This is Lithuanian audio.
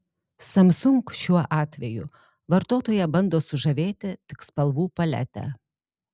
samsung šiuo atveju vartotoją bando sužavėti tik spalvų palete